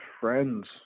friends